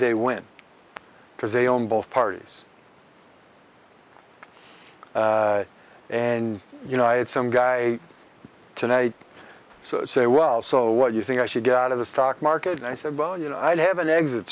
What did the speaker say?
they win because they own both parties and you know i had some guy tonight say well so what you think i should get out of the stock market and i said well you know i have an exit